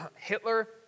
Hitler